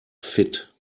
fit